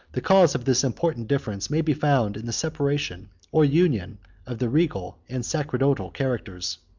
the cause of this important difference may be found in the separation or union of the regal and sacerdotal characters.